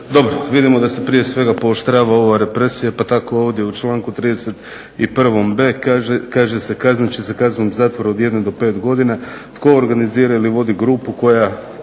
Dobro, vidimo da se prije svega pooštrava ova represija pa tako ovdje u članku 31.b kaže se: "Kaznit će se kaznom zatvora od 1 do 5 godina tko organizira ili vodi grupu koja